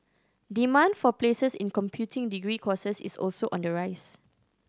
demand for places in computing degree courses is also on the rise